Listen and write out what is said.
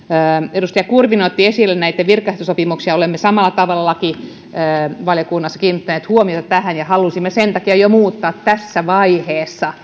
edustaja kurvinen otti esille virkaehtosopimuksen olemme samalla tavalla lakivaliokunnassa kiinnittäneet huomiota tähän ja halusimme sen takia muuttaa sitä jo tässä vaiheessa